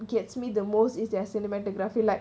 gets me the most is their cinematography like